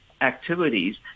activities